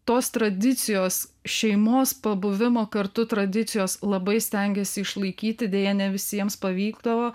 tos tradicijos šeimos pabuvimo kartu tradicijos labai stengėsi išlaikyti deja ne visiems pavykdavo